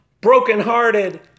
brokenhearted